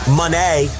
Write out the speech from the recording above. money